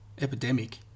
epidemic